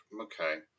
okay